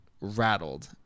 rattled